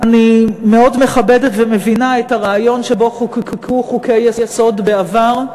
אני מאוד מכבדת ומבינה את הרעיון שבו חוקקו חוקי-יסוד בעבר.